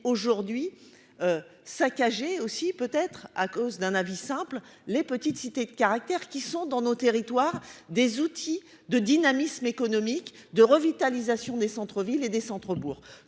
aujourd'hui saccagée aussi peut être à cause d'un avis simple les petites cités de caractère qui sont dans nos territoires, des outils de dynamisme économique, de revitalisation des centres-villes et des centres bourgs,